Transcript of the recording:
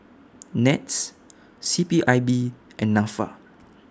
Nets C P I B and Nafa